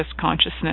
Consciousness